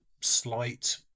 slight